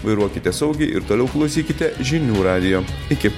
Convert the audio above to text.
vairuokite saugiai ir toliau klausykite žinių radijo iki